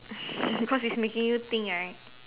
cause it's making you think right